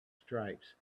stripes